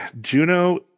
Juno